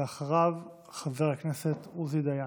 ואחריו, חבר הכנסת עוזי דיין.